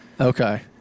okay